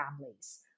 families